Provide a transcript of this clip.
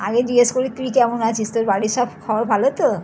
আগে জিজ্ঞেস করি তুই কেমন আছিস তোর বাড়ির সব খবর ভালো তো